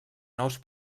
nous